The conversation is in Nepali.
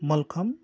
मल्लखम्ब